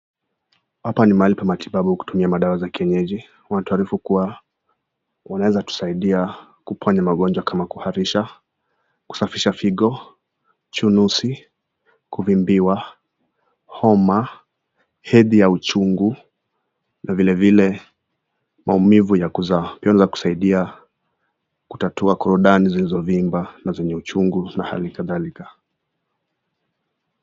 Hapa ni mahali pa matibabu kutumia dawa za kienyeji. wanatualifu kuwa wanaweza tusaidia kuponya magonjwa kama kuharisha, kusafisha figo, chunusi, kuvimbiwa, homa, hedi ya uchungu na vile vile maumivu ya kuzaa. Pia, wanaweza kusaidia kutatua korodani zilizo vimba na zenye uchungu na hali kadhalika.